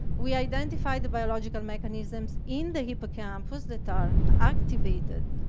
we identified the biological mechanisms in the hippocampus that are activated,